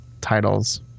titles